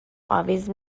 اویز